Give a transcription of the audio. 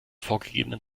vorgegebenen